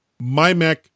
MyMac